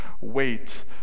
Wait